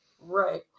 Right